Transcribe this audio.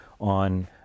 on